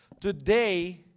Today